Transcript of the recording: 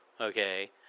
Okay